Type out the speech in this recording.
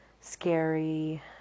scary